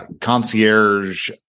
concierge